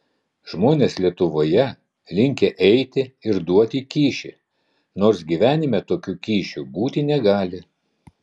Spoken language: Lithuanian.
žmonės lietuvoje linkę eiti ir duoti kyšį nors gyvenime tokių kyšių būti negali